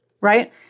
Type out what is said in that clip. right